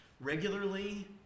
regularly